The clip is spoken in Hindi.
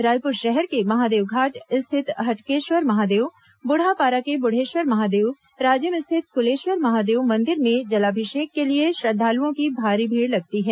रायपुर शहर के महादेवघाट स्थित हटकेश्वर महादेव बूढ़ापारा के बूढ़ेश्वर महादेव राजिम स्थित कुलेश्वर महादेव मंदिर में जलाभिषेक के लिए श्रद्वालुओं की भारी भीड़ लगती हैं